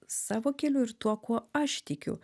savo keliu ir tuo kuo aš tikiu